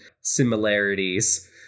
similarities